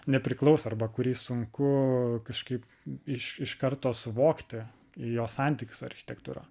nepriklauso arba kurį sunku kažkaip iš iš karto suvokti jo santykį su architektūra